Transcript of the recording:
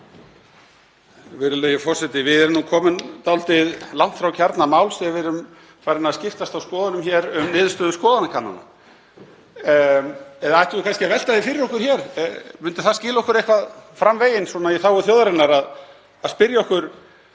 Við erum komin dálítið langt frá kjarna máls þegar við erum farin að skiptast á skoðunum um niðurstöður skoðanakannana. Eða ættum við kannski að velta því fyrir okkur hér, myndi það skila okkur eitthvað fram veginn í þágu þjóðarinnar, hvers vegna